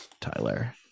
Tyler